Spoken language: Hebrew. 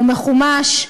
הוא מחומש,